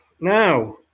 Now